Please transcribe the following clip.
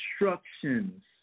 instructions